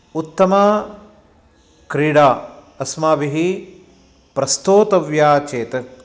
उत्तमक्रीडा अस्माभिः प्रस्तोतव्या चेत्